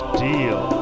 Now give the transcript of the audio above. deal